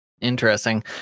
interesting